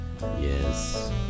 Yes